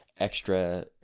extra